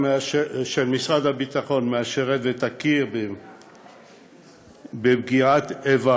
של משרד הביטחון תאשר ותכיר בפגיעת איבה